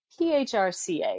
PHRCA